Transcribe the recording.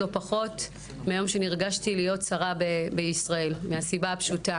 לא פחות מהיום שהייתי נרגשת להיות שרה בישראל מהסיבה הפשוטה